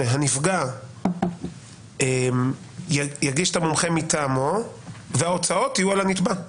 שהנפגע יגיש את המומחה מטעמו וההוצאות יהיו על הנתבע,